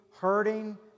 hurting